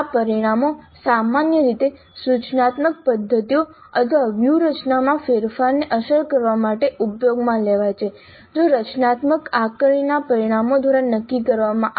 આ પરિણામો સામાન્ય રીતે સૂચનાત્મક પદ્ધતિઓ અથવા વ્યૂહરચનામાં ફેરફારને અસર કરવા માટે ઉપયોગમાં લેવાય છે જો રચનાત્મક આકારણીના પરિણામો દ્વારા નક્કી કરવામાં આવે